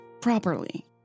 properly